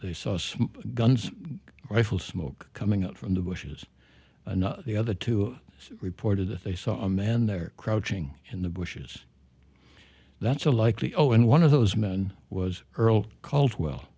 they saw guns rifle smoke coming out from the bushes and the other two reported that they saw a man there crouching in the bushes that's a likely zero and one of those men was earl caldwell